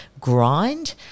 grind